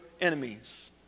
enemies